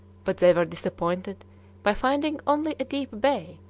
but they were disappointed by finding only a deep bay,